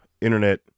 internet